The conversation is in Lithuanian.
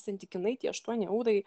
santykinai tie aštuoni eurai